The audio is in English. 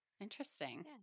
Interesting